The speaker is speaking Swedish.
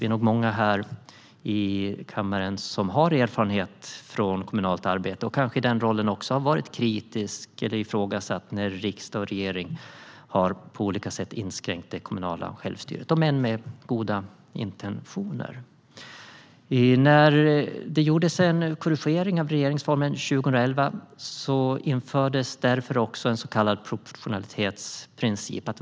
Vi är nog många här i kammaren som har erfarenhet av kommunalt arbete, och kanske har vi i den rollen varit kritiska till eller ifrågasatt när riksdag och regering på olika sätt har inskränkt det kommunala självstyret, om än med goda intentioner. När regeringsformen korrigerades 2011 infördes det därför en så kallad proportionalitetsprincip.